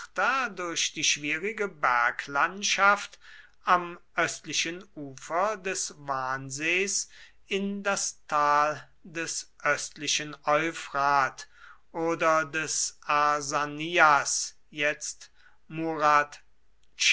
durch die schwierige berglandschaft am östlichen ufer des wansees in das tal des östlichen euphrat oder des